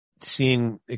seeing